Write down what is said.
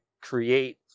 create